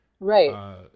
Right